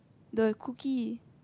the cookies